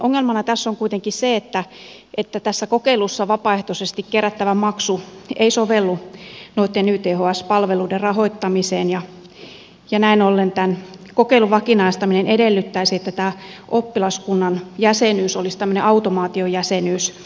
ongelmana tässä on kuitenkin se että tässä kokeilussa vapaaehtoisesti kerättävä maksu ei sovellu noitten yths palveluiden rahoittamiseen ja näin ollen tämän kokeilun vakinaistaminen edellyttäisi että oppilaskunnan jäsenyys olisi tämmöinen automaatiojäsenyys